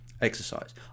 exercise